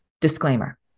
disclaimer